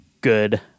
good